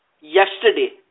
yesterday